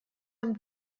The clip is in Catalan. amb